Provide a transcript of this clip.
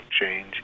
change